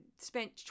spent